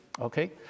Okay